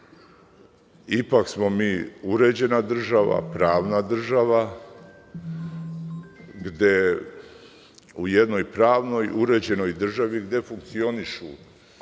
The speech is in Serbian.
Ipak smo mi uređena država, pravna država, gde u jednoj pravnoj uređenoj državi gde funkcionišu